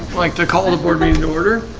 like to call the board meeting to order